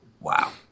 Wow